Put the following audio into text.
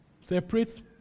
Separate